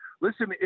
Listen